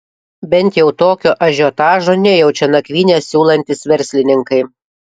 bent jau tokio ažiotažo nejaučia nakvynę siūlantys verslininkai